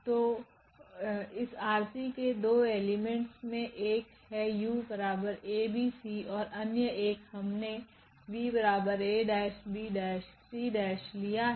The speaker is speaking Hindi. तोइस R3 के2 एलिमेंट्स मे एक है𝑢𝑎𝑏𝑐 और अन्य एक हमने 𝑣𝑎𝑏𝑐 लिया है